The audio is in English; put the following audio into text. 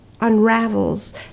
unravels